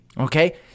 Okay